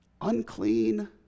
unclean